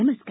नमस्कार